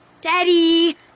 Daddy